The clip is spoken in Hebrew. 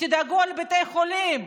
תדאגו לבתי החולים,